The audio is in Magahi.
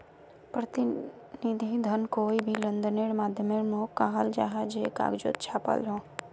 प्रतिनिधि धन कोए भी लेंदेनेर माध्यामोक कहाल जाहा जे कगजोत छापाल हो